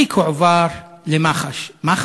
התיק הועבר למח"ש.